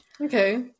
Okay